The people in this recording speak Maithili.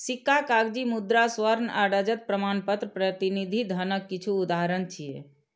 सिक्का, कागजी मुद्रा, स्वर्ण आ रजत प्रमाणपत्र प्रतिनिधि धनक किछु उदाहरण छियै